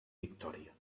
victòria